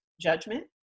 judgment